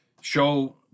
show